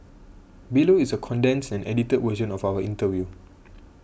below is a condensed and edited version of our interview